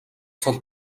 цол